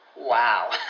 Wow